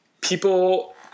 People